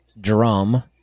drum